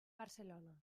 barcelona